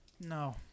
No